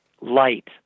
light